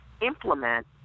implement